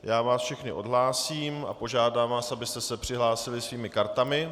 Já vás všechny odhlásím a požádám vás, abyste se přihlásili svými kartami.